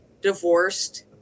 divorced